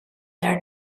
their